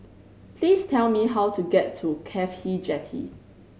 please tell me how to get to CAFHI Jetty